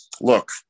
look